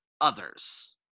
others